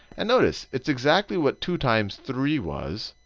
and notice, it's exactly what two times three was.